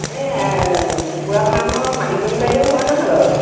এ কুকুৰা ফাৰ্মৰ মালিকনী বাইদেউ হয় নহয় বাৰু